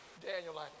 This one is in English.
Daniel